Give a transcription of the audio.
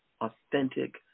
authentic